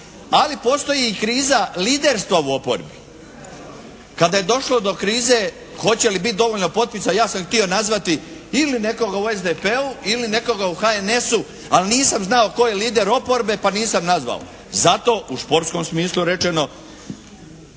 Ali postoji i kriza liderstva u oporbi kada je došlo do krize hoće li biti dovoljno potpisa ja sam htio nazvati ili nekoga u SDP-u ili nekoga u HNS-u ali nisam znao tko je lider oporbe pa nisam nazvao. Zato u športskom smislu rečeno